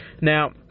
Now